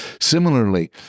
Similarly